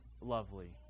lovely